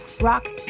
rock